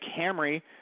Camry